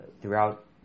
throughout